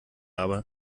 aber